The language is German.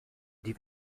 die